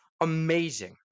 amazing